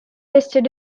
listed